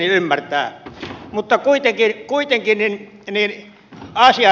näin minä olen antanut itseni ymmärtää